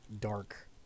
dark